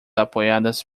apoiadas